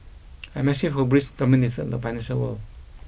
a massive hubris dominated the financial world